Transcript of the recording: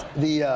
the.